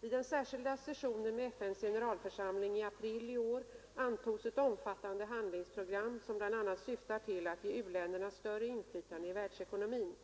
Vid den särskilda sessionen med FN:s generalförsamling i april i år antogs ett omfattande handlingsprogram som bl.a. syftar till att ge u-länderna större inflytande i världsekonomin.